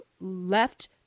left